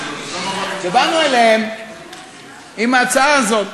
ובאנו אליהם עם ההצעה הזאת.